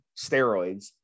steroids